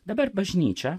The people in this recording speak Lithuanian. dabar bažnyčia